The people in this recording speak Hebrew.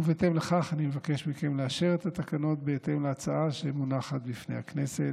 לפיכך אני מבקש מכם לאשר את התקנות בהתאם להצעה שמונחת בפני הכנסת.